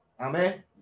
Amen